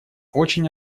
очень